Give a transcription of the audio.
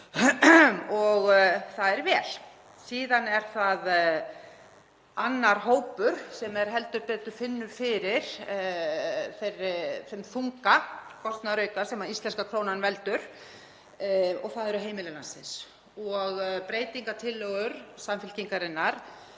Og það er vel. Síðan er það annar hópur sem heldur betur finnur fyrir þeim þunga, kostnaðarauka, sem íslenska krónan veldur og það eru heimili landsins. Breytingartillögur Samfylkingarinnar